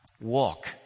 walk